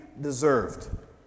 deserved